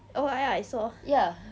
oh ya ya ya I saw